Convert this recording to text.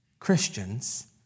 Christians